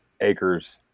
acres